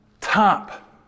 top